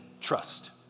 trust